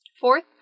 Fourth